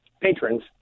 patrons